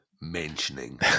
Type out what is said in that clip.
mentioning